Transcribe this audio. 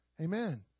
Amen